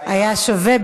היה שווה לחכות.